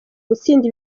gutsinda